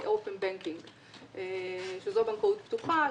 כבנקאות פתוחה,